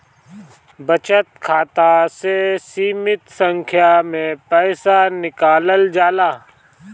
बचत खाता से सीमित संख्या में पईसा निकालल जाला